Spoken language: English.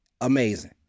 Amazing